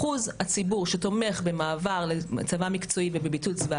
אחוז הציבור שתומך במעבר לצבא מקצועי ובביטוי "צבא